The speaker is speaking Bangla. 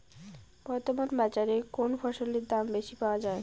বর্তমান বাজারে কোন ফসলের দাম বেশি পাওয়া য়ায়?